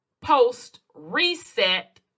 post-reset